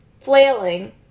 flailing